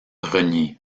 renié